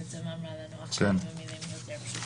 הסמנכ"לים, העובדים